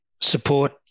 support